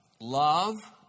love